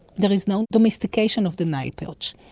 there is no domestication of the nile perch.